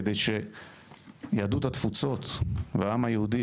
כדי שיהדות התפוצות והעם היהודי,